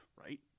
right